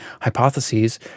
hypotheses